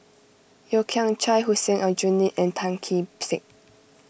Yeo Kian Chai Hussein Aljunied and Tan Kee Sek